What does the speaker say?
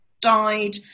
died